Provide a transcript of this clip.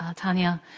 ah tanya.